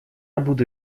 буду